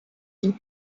lee